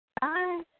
Bye